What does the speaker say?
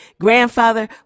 grandfather